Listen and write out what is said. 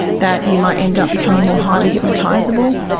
that you might end up becoming more highly hypnotisable.